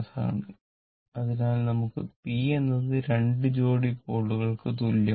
ആണ് അതിനാൽ നമുക്ക് p എന്നത് 2 ജോഡി പോളുകൾക്ക് തുല്യമാണ്